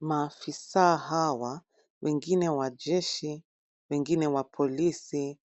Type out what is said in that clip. Mafisa hawa, wengine wa jeshi, wengine wa polisi